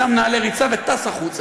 שם נעלי ריצה וטס החוצה.